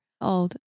old